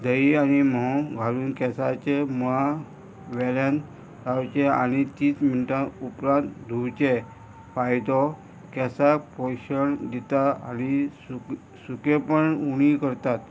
दही आनी म्होंव घालून केंसाचे मेळ्यान रावचे आनी तीच मिनटां उपरांत धुवचे फायदो केंसाक पोशण दिता आनी सुक सुकेंपण उणी करतात